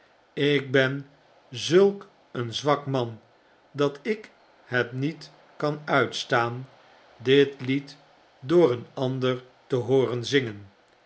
ik ben zulk een zwak man dat ik het niet kan uitstaan dit lied door een ander te hooren zingen